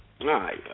right